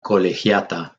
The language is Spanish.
colegiata